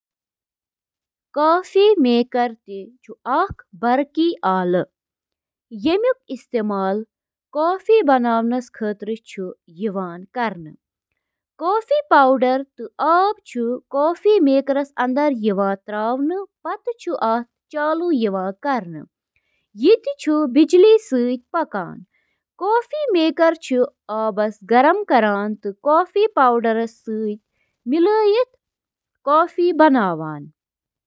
سائیکلٕک اَہَم جُز تہٕ تِم کِتھ کٔنۍ چھِ اِکہٕ وٹہٕ کٲم کران تِمَن منٛز چھِ drive train, crankset, bottom bracket, brakes, wheel تہٕ ٹائر تہٕ باقی۔